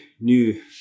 new